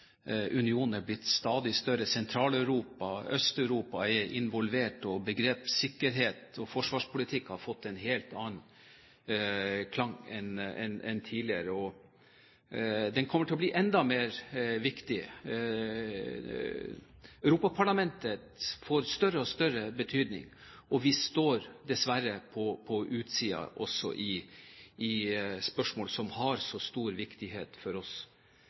Unionen er blitt stadig større – Sentral-Europa og Øst-Europa er involvert, og begrep som sikkerhet og forsvarspolitikk har fått en helt annen klang enn tidligere – og den kommer til å bli enda viktigere. Europaparlamentet får større og større betydning, og vi står dessverre på utsiden også i spørsmål som har så stor viktighet for oss.